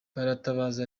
baratabaza